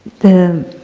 the